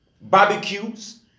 barbecues